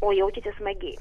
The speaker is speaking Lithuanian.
o jaučiasi smagiai